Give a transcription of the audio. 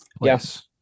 Yes